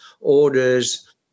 orders